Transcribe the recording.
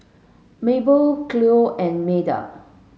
Mabel Chloie and Meda